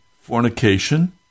fornication